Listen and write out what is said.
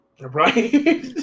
Right